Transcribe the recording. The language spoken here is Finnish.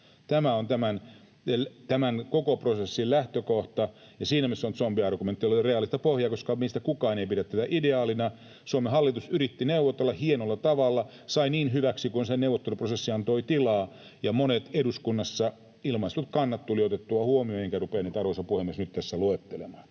Tämä on tämän koko prosessin lähtökohta, ja siinä mielessä se on zombiargumentti, jolla ei ole reaalista pohjaa, koska meistä kukaan ei pidä tätä ideaalina. Suomen hallitus yritti neuvotella hienolla tavalla, sai tämän niin hyväksi kuin se neuvotteluprosessi antoi tilaa, ja monet eduskunnassa ilmaistut kannat tuli otettua huomioon, enkä rupea niitä, arvoisa puhemies, nyt tässä luettelemaan.